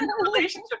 relationship